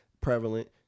prevalent